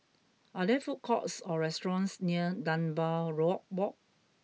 are there food courts or restaurants near Dunbar road Walk